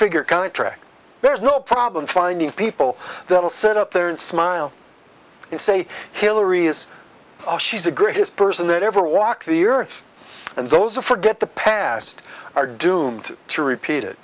figure contract there's no problem finding people that will sit up there and smile and say hillary is a she's the greatest person that ever walked the earth and those are forget the past are doomed to repeat